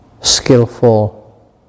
skillful